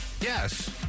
Yes